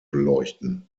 beleuchten